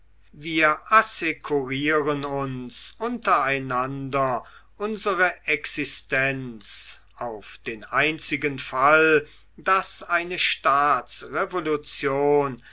wir assekurieren uns untereinander unsere existenz auf den einzigen fall daß eine